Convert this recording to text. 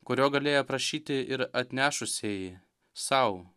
kurio galėję prašyti ir atnešusieji sau